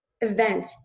event